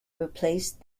replaced